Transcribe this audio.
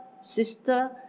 sister